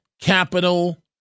capital